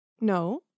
No